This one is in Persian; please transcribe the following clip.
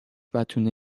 بتونه